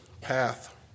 path